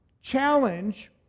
challenge